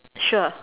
sure